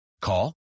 Call